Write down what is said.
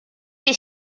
się